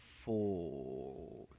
four